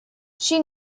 she